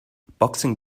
boxing